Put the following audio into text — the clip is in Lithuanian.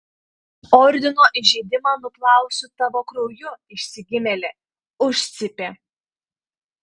ordino įžeidimą nuplausiu tavo krauju išsigimėli užcypė